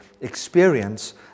experience